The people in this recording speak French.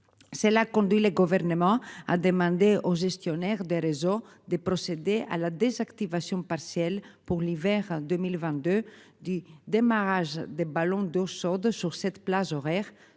a conduit le gouvernement à demander aux gestionnaires des réseaux des procéder à la désactivation partielle pour l'hiver 2022 du démarrage des ballons d'eau chaude sur cette plage horaire